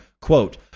Quote